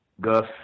Gus